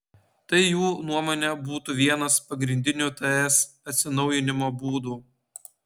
tai jų nuomone būtų vienas pagrindinių ts atsinaujinimo būdų